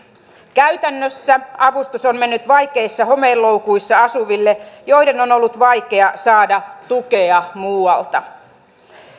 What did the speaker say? käytännössä avustus on mennyt vaikeissa homeloukuissa asuville joiden on ollut vaikea saada tukea muualta